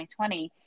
2020